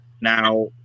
now